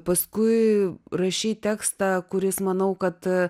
paskui rašei tekstą kuris manau kad